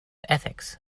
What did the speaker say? ethics